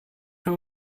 für